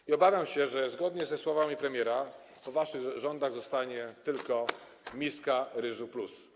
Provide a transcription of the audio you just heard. I obawiam się, że zgodnie ze słowami premiera, po waszych rządach zostanie tylko miska ryżu+.